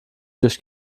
durch